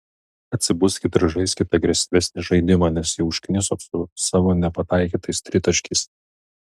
atsibuskit ir žaiskit agresyvesnį žaidimą nes jau užknisot su savo nepataikytais tritaškiais